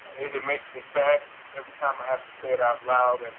it makes me sad every time i have to say it out loud.